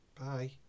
Bye